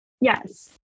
yes